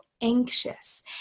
anxious